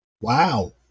wow